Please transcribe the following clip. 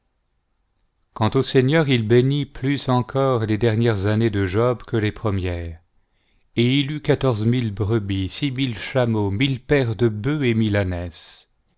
quant au seigneur il bénit plus encore les dernières années de job que les premières et il eut quatorze mille brebis six mille chameaux mille paires de bœufs et